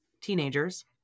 teenagers